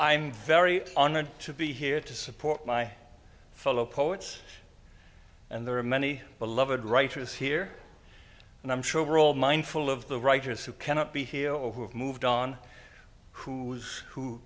i'm very honored to be here to support my fellow poets and there are many beloved writers here and i'm sure we're all mindful of the writers who cannot be here or who have moved on who who